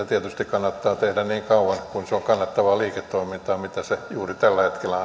tietysti kannattaa tehdä niin kauan kuin se on kannattavaa liiketoimintaa mitä se juuri tällä hetkellä